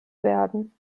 werden